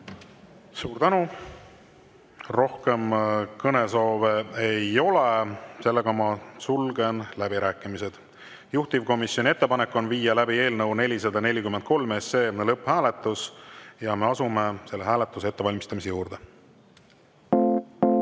Suur tänu! Rohkem kõnesoove ei ole, sulgen läbirääkimised. Juhtivkomisjoni ettepanek on viia läbi eelnõu 443 lõpphääletus. Me asume selle hääletuse ettevalmistamise